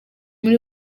muri